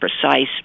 precise